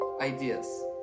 ideas